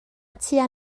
tua